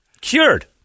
Cured